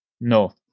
No